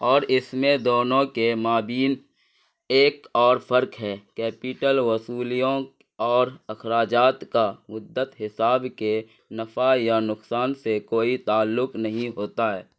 اور اس میں دونوں کے مابین ایک اور فرق ہے کیپٹل وصولیوں اور اخراجات کا مدت حساب کے نفع یا نقصان سے کوئی تعلق نہیں ہوتا ہے